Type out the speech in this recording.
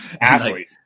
Athlete